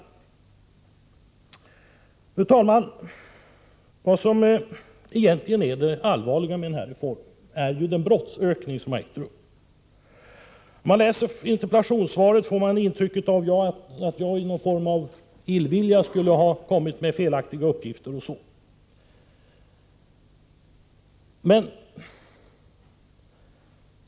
Fru talman! Det allvarliga med denna reform är den brottsökning som har ägt rum. När man läser interpellationssvaret får man intrycket av att jag i någon form av illvilja skulle ha kommit med felaktiga uppgifter.